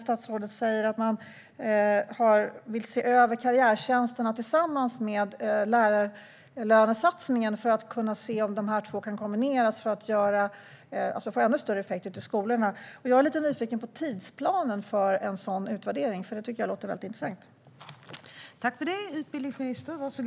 Statsrådet säger att man vill se över karriärtjänsterna tillsammans med lärarlönesatsningen, för att se om de kan kombineras för att ge ännu större effekt ute i skolorna. Det låter intressant. Jag blir nyfiken på tidsplanen för en sådan utvärdering.